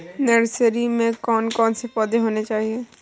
Nursery में कौन कौन से पौधे होने चाहिए?